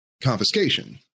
confiscation